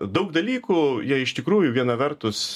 daug dalykų jie iš tikrųjų viena vertus